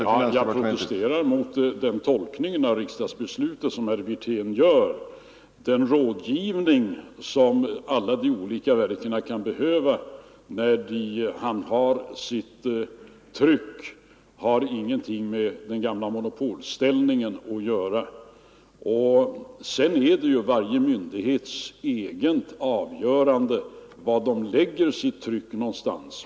Herr talman! Jag protesterar mot den tolkning av riksdagsbeslutet som herr Wirtén gör. Den rådgivning som de olika verken kan behöva när de handhar sitt tryck har ingenting med den gamla monopolställningen att göra. Det är varje myndighets eget avgörande var man beställer sitt tryck någonstans.